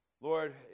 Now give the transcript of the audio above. Lord